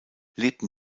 lebten